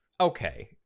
okay